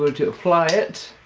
to apply it.